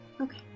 Okay